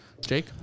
Jake